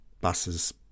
buses